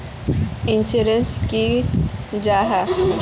Insurance की जाहा?